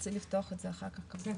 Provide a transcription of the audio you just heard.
תרצי לפתוח את זה אחר כך לדיון.